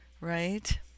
right